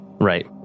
Right